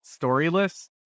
storyless